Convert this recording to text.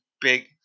big